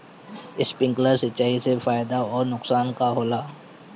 Sprinkler सिंचाई से फायदा अउर नुकसान का होला?